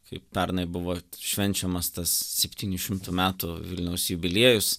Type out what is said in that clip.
kaip pernai buvo švenčiamas tas septynių šimtų metų vilniaus jubiliejus